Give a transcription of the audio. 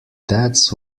deaths